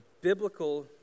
biblical